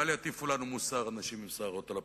אל יטיפו לנו מוסר אנשים עם שערות על הפנים,